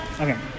Okay